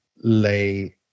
lay